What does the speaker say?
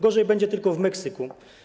Gorzej będzie tylko w Meksyku.